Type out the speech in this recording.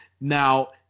now